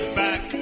back